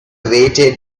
waited